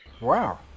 wow